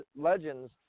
legends